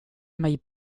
mig